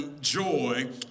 Joy